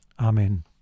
Amen